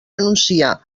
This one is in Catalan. anuncia